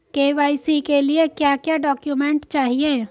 KYC के लिए क्या क्या डॉक्यूमेंट चाहिए?